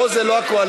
פה זה לא הקואליציה,